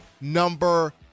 number